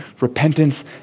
repentance